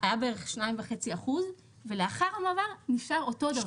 היה בערך 2.5% ולאחר המעבר נשאר אותו דבר.